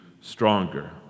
stronger